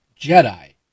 Jedi